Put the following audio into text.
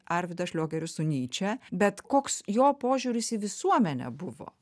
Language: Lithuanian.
arvydą šliogerį su niče bet koks jo požiūris į visuomenę buvo